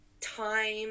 Time